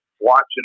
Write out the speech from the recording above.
watching